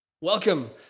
Welcome